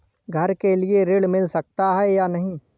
घर के लिए ऋण मिल सकता है या नहीं?